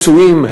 פצועים,